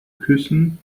küssen